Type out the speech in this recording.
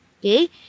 Okay